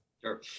Sure